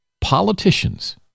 politicians